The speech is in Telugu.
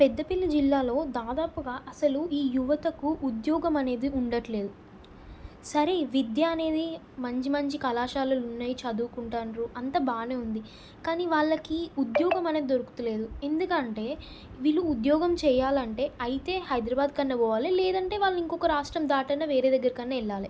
పెద్దపల్లి జిల్లాలో దాదాపుగా అసలు ఈ యువతకు ఉద్యోగం అనేది ఉండట్లేదు సరే విద్య అనేది మంచి మంచి కళాశాలలు ఉన్నాయి చదువుకుంటాండ్రు అంతా బాగానే ఉంది కానీ వాళ్ళకి ఉద్యోగం అనేది దొరుకుతాలేదు ఎందుకంటే వీళ్ళు ఉద్యోగం చేయాలంటే అయితే హైదరాబాద్ కన్నా పోవాలే లేదంటే వాళ్ళు ఇంకొక రాష్ట్రం దాటన్నా వేరే దగ్గరికి అన్న వెళ్ళాలే